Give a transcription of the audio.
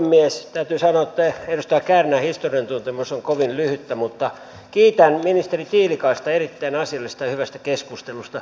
täytyy sanoa että edustaja kärnän historian tuntemus on kovin lyhyttä mutta kiitän ministeri tiilikaista erittäin asiallisesta ja hyvästä keskustelusta